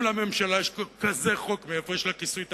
אם לממשלה יש כזה חוק, מאיפה יש לה כיסוי תקציבי?